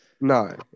no